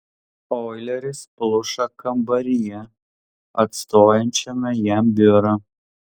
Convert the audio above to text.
oileris pluša kambaryje atstojančiame jam biurą